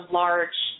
large